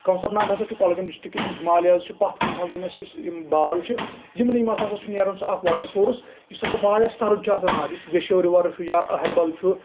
کونٛسر ناگ ہسا چھُ کۄلگٲم ڈِسٹرکٕکۍ یِم ہمالیز چھِ پَتھ کُن حظ یِم اَسہِ یِم بال چھِ یِمنے منٛز ہسا چھُ نیران سُہ اکھ واٹر سورس یُس ہسا واریاہ سَرٕد چھُ آسان آب یُس ویٚشو رِور چھُ یا أہربل چھُ